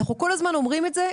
אנחנו כל הזמן אומרים את זה,